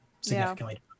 significantly